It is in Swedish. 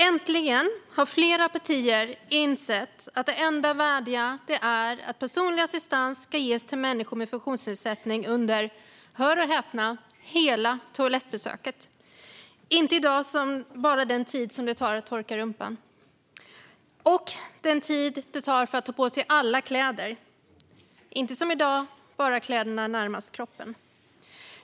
Äntligen har flera partier insett att det enda värdiga är att personlig assistans ska ges till människor med funktionsnedsättning under - hör och häpna - hela toalettbesöket, inte som i dag bara den tid det tar att torka rumpan, och under den tid det tar att ta på sig alla kläder, inte som i dag bara kläderna närmast kroppen.